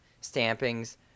stampings